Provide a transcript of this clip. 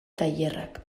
tailerrak